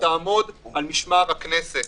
שתעמוד על משמר הכנסת